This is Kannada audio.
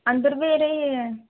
ಅಂದರ್ಬಿ ರೀ